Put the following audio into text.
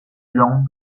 buan